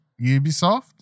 Ubisoft